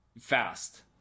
fast